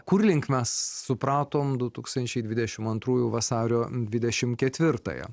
kur link mes supratom du tūkstančiai dvidešimt antrųjų vasario dvidešimt ketvirtąją